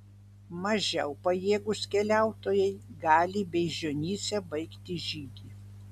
mažiau pajėgūs keliautojai gali beižionyse baigti žygį